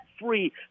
free